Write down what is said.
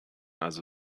also